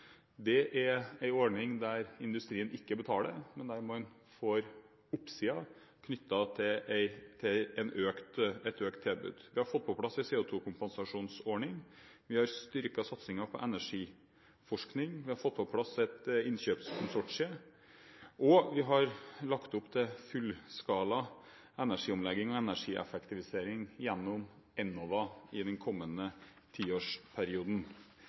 Det er en ordning der industrien ikke betaler, men der man får oppsiden knyttet til et økt tilbud. Vi har fått på plass en CO2-kompensasjonsordning, vi har styrket satsingen på energiforskning, vi har fått på plass innkjøpskonsortier, og vi har lagt opp til fullskala energiomlegging og energieffektivisering gjennom Enova i den kommende tiårsperioden.